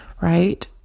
Right